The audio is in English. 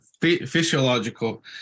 physiological